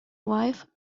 wife